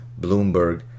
Bloomberg